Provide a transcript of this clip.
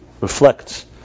reflects